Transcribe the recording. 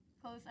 close